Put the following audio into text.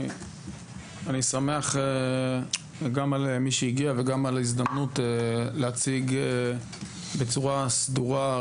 אני שמח גם על מי שהגיע וגם על ההזדמנות להציג בצורה סדורה,